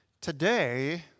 Today